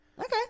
Okay